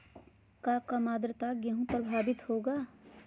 क्या काम आद्रता से गेहु प्रभाभीत होगा?